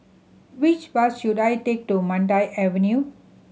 which bus should I take to Mandai Avenue